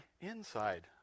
inside